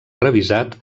revisat